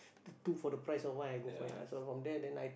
two for the price of one I go for him so from there then I